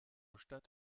stadt